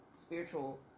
spiritual